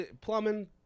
plumbing